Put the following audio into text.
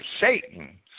Satan